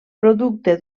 producte